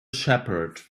shepherd